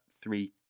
three